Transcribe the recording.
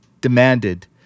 demanded